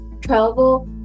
travel